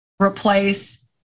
replace